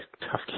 tough